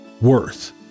worth